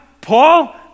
Paul